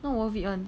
not worth it [one]